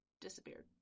disappeared